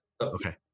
Okay